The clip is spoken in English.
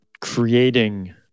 creating